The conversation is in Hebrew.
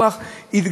כי אחים אנחנו.